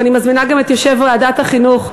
ואני מזמינה גם את יושב-ראש ועדת החינוך,